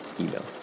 email